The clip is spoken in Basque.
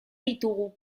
ditugu